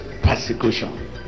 persecution